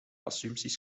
assumpties